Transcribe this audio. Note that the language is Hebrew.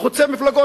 שהוא חוצה מפלגות,